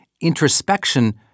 Introspection